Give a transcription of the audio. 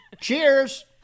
Cheers